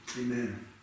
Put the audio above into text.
amen